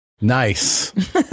Nice